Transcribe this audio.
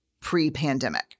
pre-pandemic